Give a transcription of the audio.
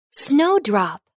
snowdrop